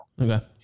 Okay